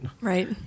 Right